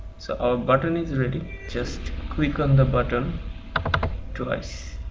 so our button is ready just click on the button twice